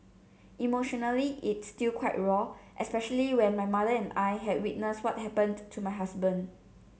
emotionally it's still quite raw especially when my mother and I had witnessed what happened to my husband